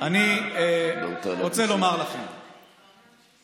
אני רוצה לומר לכם, דודי,